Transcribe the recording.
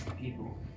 people